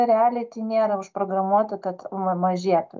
realiai tai nėra užprogramuota kad ma mažėtų